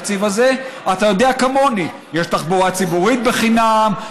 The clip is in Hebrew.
התקציב הזה משמר גם מיליארדים שהולכים להתנחלויות,